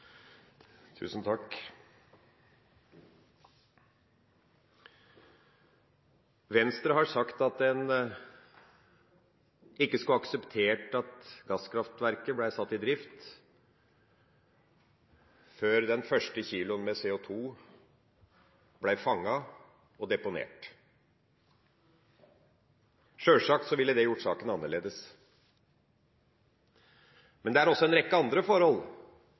sammenhengen. Venstre har sagt at man ikke skulle ha akseptert at gasskraftverket ble satt i drift før den første kiloen med CO2 ble fanget og deponert. Sjølsagt ville det gjort saken annerledes. Men det er også en rekke andre forhold som var helt avgjørende for